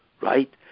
Right